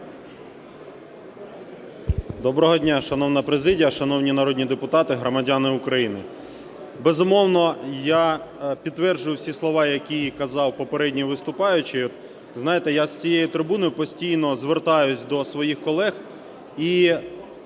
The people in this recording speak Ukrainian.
Доброго дня, шановна президія, шановні народні депутати, громадяни України! Безумовно, я підтверджую всі слова, які казав попередній виступаючий. Знаєте, я з цієї трибуни постійно звертаюсь до своїх колег і